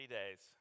days